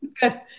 Good